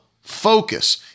focus